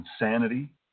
insanity